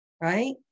right